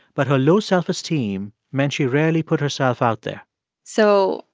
but her low self-esteem meant she rarely put herself out there so,